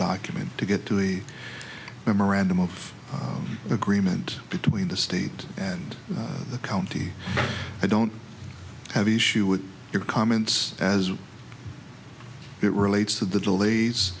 document to get to the memorandum of agreement between the state and the county i don't have issue with your comments as it relates to the delays